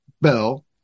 Bell